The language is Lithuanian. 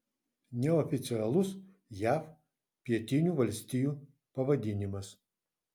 neoficialus jav pietinių valstijų pavadinimas